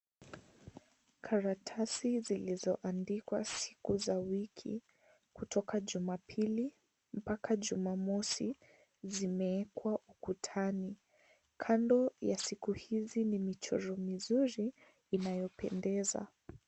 Karatasi zilizoandikwa siku za wiki, kutoka Jumapili mpaka Jumamosi, zimeekwa ukutani. Kando ya siku hizi ni michoro mizuri inayopendeza.